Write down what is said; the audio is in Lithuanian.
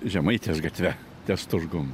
žemaitės gatve ties turgum